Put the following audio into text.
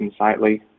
Insightly